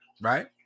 Right